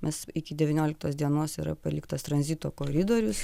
nes iki devynioliktos dienos yra paliktas tranzito koridorius